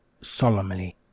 solemnly